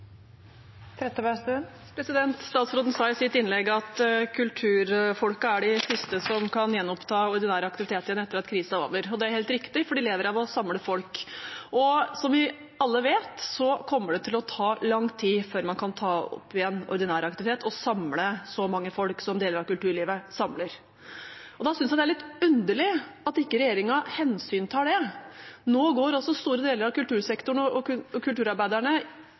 de siste som kan gjenoppta ordinær aktivitet igjen etter at krisen er over. Det er helt riktig, for de lever av å samle folk. Som vi alle vet, kommer det til å ta lang tid før man kan ta opp igjen ordinær aktivitet og samle så mange folk som deler av kulturlivet samler, og da synes jeg det er litt underlig at ikke regjeringen hensyntar det. Nå går store deler av kultursektoren og kulturarbeiderne inn i en vond jul med stor usikkerhet, de vet ikke hva de skal leve av. Statsråden ramser opp hvor mange milliarder han har gitt, og